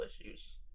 issues